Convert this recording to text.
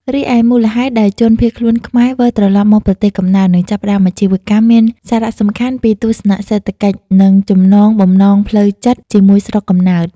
រីឯមូលហេតុដែលជនភៀសខ្លួនខ្មែរវិលត្រឡប់មកប្រទេសកំណើត និងចាប់ផ្តើមអាជីវកម្ម មានសារសំខាន់ពីទស្សនៈសេដ្ឋកិច្ច និងចំណងបំណងផ្លូវចិត្តជាមួយស្រុកកំណើត។